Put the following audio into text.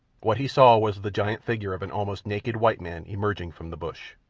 what he saw was the giant figure of an almost naked white man emerging from the bush.